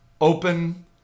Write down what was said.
open